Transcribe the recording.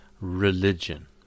religion